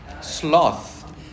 Sloth